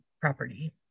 property